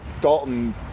Dalton